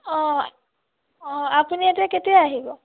অঁ অঁ আপুনি এতিয়া কেতিয়া আহিব